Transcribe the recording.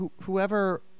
whoever